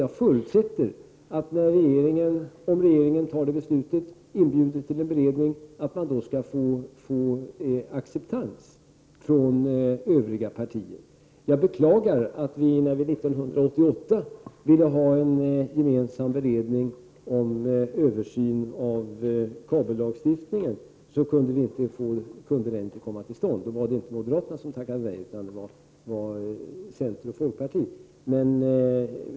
Jag förutsätter att regeringen, om man beslutar inbjuda till en beredning, också får acceptans från övriga partier. Jag beklagar att den gemensamma beredning vi 1988 föreslog skulle tillsättas med anledning av en översyn av kabellagstiftningen inte kunde komma till stånd. Då var det inte moderaterna som tackade nej, utan centern och folkpartiet.